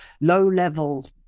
low-level